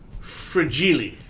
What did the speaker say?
Fragile